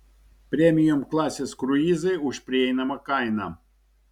premium klasės kruizai už prieinamą kainą